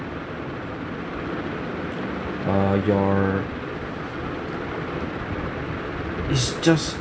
err your it's just